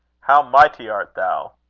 how mighty art thou!